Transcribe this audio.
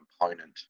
component